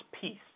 peace